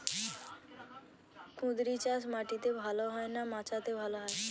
কুঁদরি চাষ মাটিতে ভালো হয় না মাচাতে ভালো হয়?